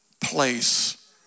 place